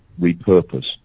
repurpose